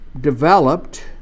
developed